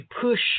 push